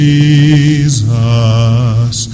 Jesus